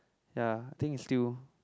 ya I think it's still